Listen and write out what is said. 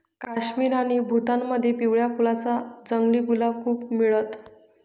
काश्मीर आणि भूतानमध्ये पिवळ्या फुलांच जंगली गुलाब खूप मिळत